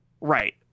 Right